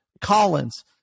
Collins